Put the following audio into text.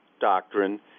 doctrine